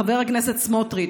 חבר הכנסת סמוטריץ',